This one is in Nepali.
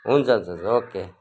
हुन्छ हुन्छ हुन्छ ओके